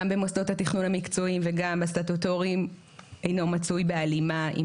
גם במוסדות התכנון המקצועיים וגם בסטטוטוריים אינו מצוי בהלימה עם